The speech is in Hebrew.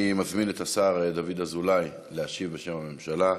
אני מזמין את השר דוד אזולאי להשיב בשם הממשלה.